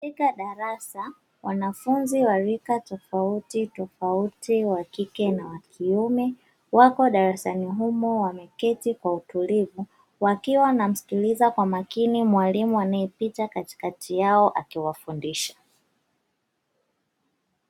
Katika darasa, wanafunzi wa rika tofautitofauti wa kike na wakiume, wako darasani humo wameketi kwa utulivu, wakiwa wanamsikiliza kwa makini mwalimu anayepita katikati yao akiwafundisha.